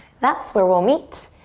that's where we'll meet.